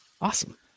Awesome